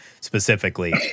specifically